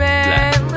Man